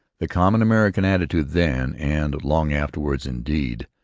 the common american attitude then and long afterwards indeed,